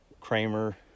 kramer